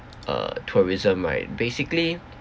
uh tourism might basically